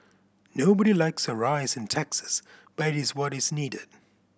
nobody likes a rise in taxes but it is what is needed